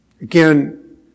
Again